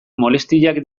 molestiak